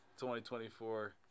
2024